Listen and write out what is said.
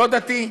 לא דתי,